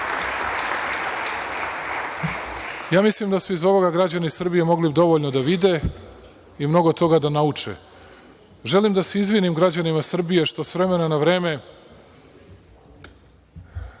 naučite. Mislim da su iz ovoga građani Srbije mogli dovoljno da vide i mnogo toga da nauče. Želim da se izvinim građanima Srbije što s vremena na vreme